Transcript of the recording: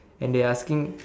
and they asking